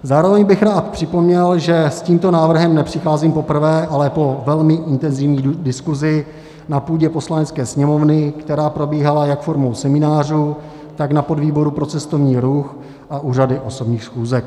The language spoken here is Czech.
Zároveň bych rád připomněl, že s tímto návrhem nepřicházím poprvé, ale po velmi intenzivní diskuzi na půdě Poslanecké sněmovny, která probíhala jak formou seminářů, tak na podvýboru pro cestovní ruch a na řadě osobních schůzek.